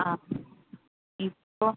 ആ ഇപ്പോൾ